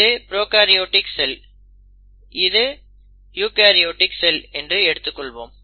இது prokaryotic cell இது eukaryotic cell என்று எடுத்துக்கொள்வோம்